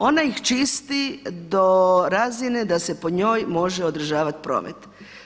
Ona ih čisti do razine da se po njoj može održavati promet.